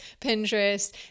Pinterest